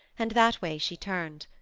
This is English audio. and that way she turned.